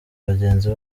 bagenzi